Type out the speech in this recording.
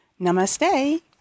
Namaste